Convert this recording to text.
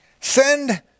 send